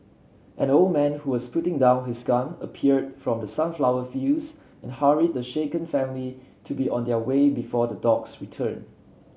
an old man who was putting down his gun appeared from the sunflower fields and hurried the shaken family to be on their way before the dogs return